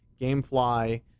Gamefly